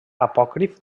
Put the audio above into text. apòcrif